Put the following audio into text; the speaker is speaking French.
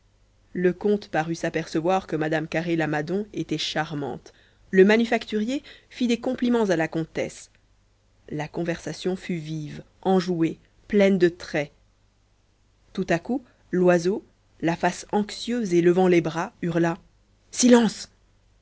le comte parut s'apercevoir que mme carré lamadon était charmante le manufacturier fit des compliments à la comtesse la conversation fut vive enjouée pleine de traits tout à coup loiseau la face anxieuse et levant les bras hurla silence